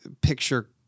picture